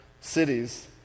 cities